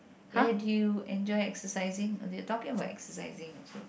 where do you enjoy exercising they are talking about exercising also